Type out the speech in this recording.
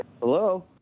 hello